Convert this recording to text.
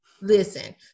listen